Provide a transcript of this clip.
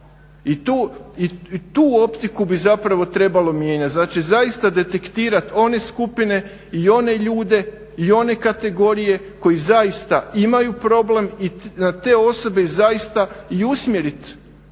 I tu optiku bi zapravo trebalo mijenjati. Znači, zaista detektirat one skupine i one ljude i one kategorije koji zaista imaju problem i na te osobe zaista i usmjerit